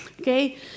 okay